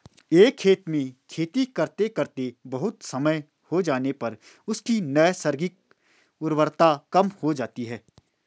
एक खेत में खेती करते करते बहुत समय हो जाने पर उसकी नैसर्गिक उर्वरता कम हो जाती है